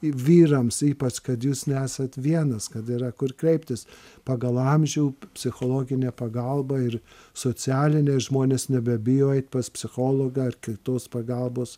vyrams ypač kad jūs nesat vienas kad yra kur kreiptis pagal amžių psichologinė pagalba ir socialinė žmonės nebebijo eit pas psichologą ar kitos pagalbos